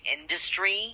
industry